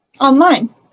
online